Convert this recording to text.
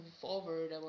forward